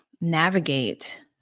navigate